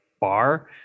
bar